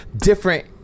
different